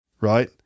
right